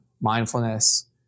mindfulness